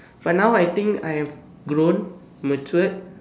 but now I think I have grown matured